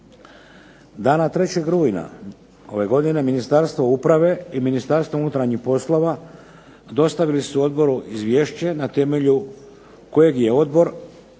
Dana 3. rujna ove godine Ministarstvo uprave i Ministarstvo unutarnjih poslova dostavili su odboru izvješće na temelju kojeg je odbor